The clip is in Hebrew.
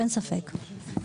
אין ספק,